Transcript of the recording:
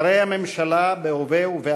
המדינה בהיכנסו.